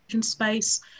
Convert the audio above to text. space